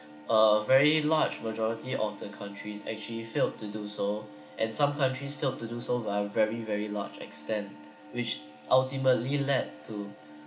a very large majority of the countries actually failed to do so and some countries failed to do so by a very very large extent which ultimately led to